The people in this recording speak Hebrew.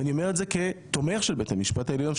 אני אומר את זה כתומך של בית המשפט העליון,